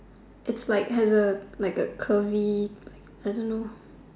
it's like has a like a curvy like I don't know